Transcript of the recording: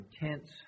intense